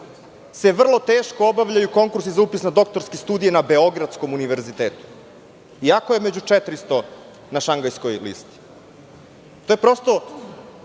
se vrlo teško obavljaju konkursi za upis na doktorske studije na Beogradskom univerzitetu, iako je među 400 na Šangajskoj listi. To je prosto